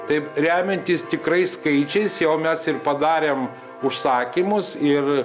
taip remiantis tikrais skaičiais jau mes ir padarėm užsakymus ir